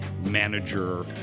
manager